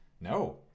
No